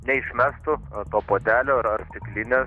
neišmestų to puodelio ar ar stiklinės